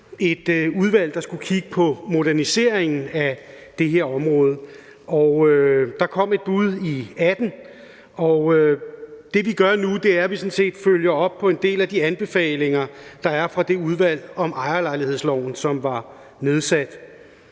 et udvalg, der skulle kigge på moderniseringen af det her område. Der kom et bud i 2018, og det, vi gør nu, er, at vi sådan set følger op på en del af de anbefalinger, der er fra det udvalg om ejerlejlighedsloven, som blev nedsat.